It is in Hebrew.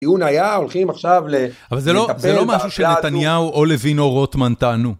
הטיעון היה, הולכים עכשיו לטפל בבעיה הזו.אבל זה לא משהו שנתניהו או לוין או רוטמן טענו.